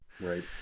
Right